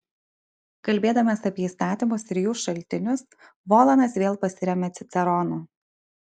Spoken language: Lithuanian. kalbėdamas apie įstatymus ir jų šaltinius volanas vėl pasiremia ciceronu